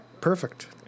perfect